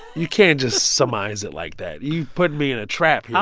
you can't just summize it like that. you've put me in a trap yeah